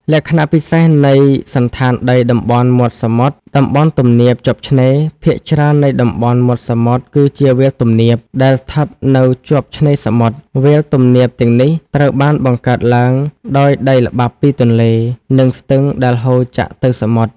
លក្ខណៈពិសេសនៃសណ្ឋានដីតំបន់មាត់សមុទ្រតំបន់ទំនាបជាប់ឆ្នេរ ភាគច្រើននៃតំបន់មាត់សមុទ្រគឺជា វាលទំនាប ដែលស្ថិតនៅជាប់ឆ្នេរសមុទ្រ វាលទំនាបទាំងនេះត្រូវបានបង្កើតឡើងដោយដីល្បាប់ពីទន្លេ និងស្ទឹងដែលហូរចាក់ទៅសមុទ្រ។